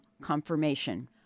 Confirmation